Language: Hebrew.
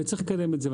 וצריך לקדם את זה.